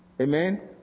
Amen